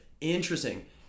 Interesting